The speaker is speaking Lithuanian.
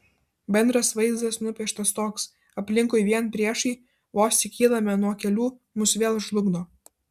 bendras vaizdas nupieštas toks aplinkui vien priešai vos tik kylame nuo kelių mus vėl žlugdo